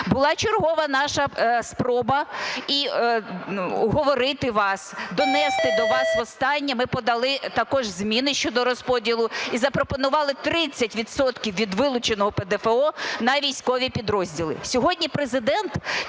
Була чергова наша спроба і уговорити вас, донести до вас востаннє, ми подали також зміни щодо розподілу і запропонували 30 відсотків від вилученого ПДФО на військові підрозділи. Сьогодні Президент